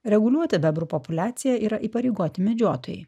reguliuoti bebrų populiaciją yra įpareigoti medžiotojai